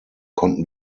konnten